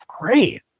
great